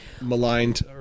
maligned